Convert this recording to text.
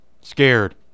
Scared